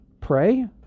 pray